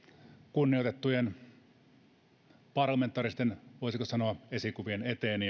kunnioitettujen parlamentaaristen voisiko sanoa esikuvien eteen